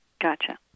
Gotcha